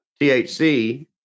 THC